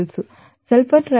sulphur trioxide మీకు 55